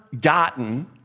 gotten